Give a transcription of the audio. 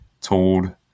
told –